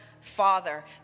father